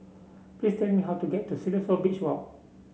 please tell me how to get to Siloso Beach Walk